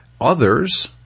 Others